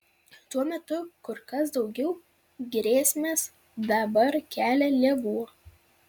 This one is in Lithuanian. tuo metu kur kas daugiau grėsmės dabar kelia lėvuo